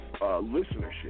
listenership